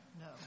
No